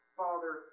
father